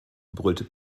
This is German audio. brüllte